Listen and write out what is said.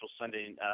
Sunday